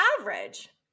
average